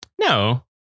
no